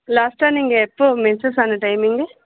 லாஸ்ட்டாக நீங்கள் எப்போது மென்சஸ் ஆன டைமிங்கு